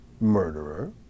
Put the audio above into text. Murderer